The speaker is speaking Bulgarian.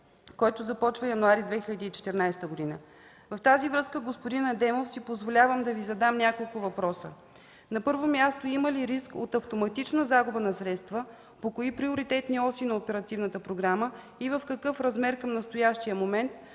който започва януари 2014 г. В тази връзка, господин Адемов, си позволявам да задам няколко въпроса. На първо място, има ли риск от автоматична загуба на средства, по кои приоритетни оси на оперативната програма и в какъв размер към настоящия момент?